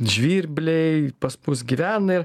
žvirbliai pas mus gyvena ir